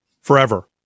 forever